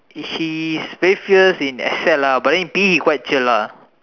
he's very fierce in excel lah but in P_E he quite chill lah